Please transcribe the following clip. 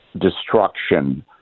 destruction